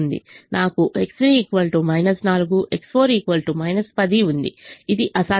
నాకు X3 4 X4 10 ఉంది ఇది అసాధ్యం